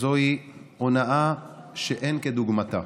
זוהי הונאה שאין כדוגמתה.